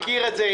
יצא מכתב,